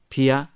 Pia